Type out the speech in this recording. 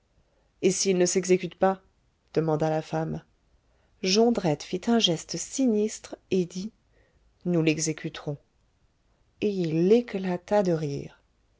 et s'il ne s'exécute pas demanda la femme jondrette fit un geste sinistre et dit nous l'exécuterons et il éclata de rire